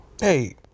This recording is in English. Hey